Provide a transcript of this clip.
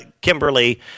kimberly